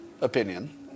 opinion